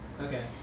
Okay